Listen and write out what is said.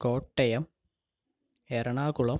Kottayam Ernakulam